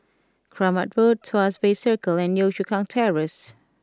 Kramat Road Tuas Bay Circle and Yio Chu Kang Terrace